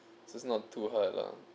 so it's not too hard lah